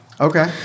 okay